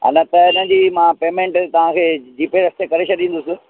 हा न त हिन जी पेमेंट मां तांखे जी पे रस्ते करे छॾींदुसि